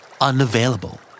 Unavailable